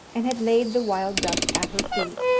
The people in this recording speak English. and had laid the wild duck at her feet,